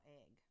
egg